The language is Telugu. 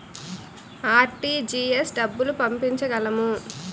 ఆర్.టీ.జి.ఎస్ డబ్బులు పంపించగలము?